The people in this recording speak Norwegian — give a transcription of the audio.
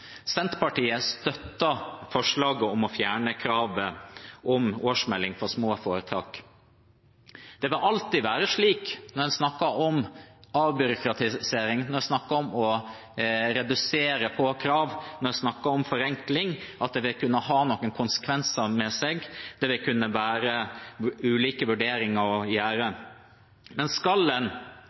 Senterpartiet støtter forslaget om å fjerne kravet om årsmelding for små foretak. Det vil alltid være slik når en snakker om avbyråkratisering, når en snakker om å redusere på krav, når en snakker om forenkling, at det vil kunne ha noen konsekvenser. Det vil være ulike vurderinger å gjøre. Men skal en